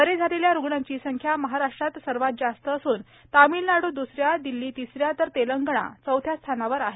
बरे झालेल्या रुग्णांची संख्या महाराष्ट्रात सर्वात जास्त असून तामिळनाडू दुसऱ्या दिल्ली तिसऱ्या तर तेलंगणा चौथ्या स्थानावर आहेत